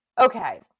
Okay